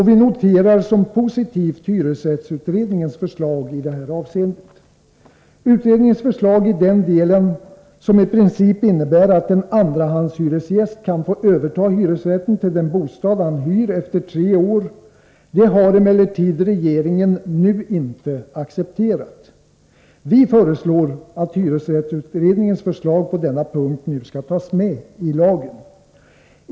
Vi noterade som positivt hyresrättsutredningens förslag i detta avseende. Utredningens förslag i denna del, som i princip innebär att en andrahandshyresgäst efter tre år kan få överta hyresrätten till den bostad han hyr, har emellertid regeringen nu inte accepterat. Vi föreslår att hyresrättsutredningens förslag på denna punkt skall tas med i lagen.